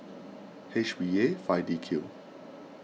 H B A five D Q